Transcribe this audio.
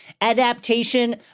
adaptation